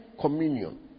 communion